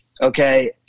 okay